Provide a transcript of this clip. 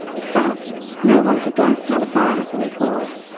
at first no one could guess how the fire had been caused,